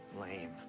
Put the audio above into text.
lame